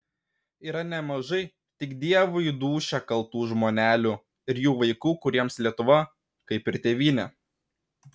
yra nemažai tik dievui dūšią kaltų žmonelių ir jų vaikų kuriems lietuva kaip ir tėvynė